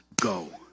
go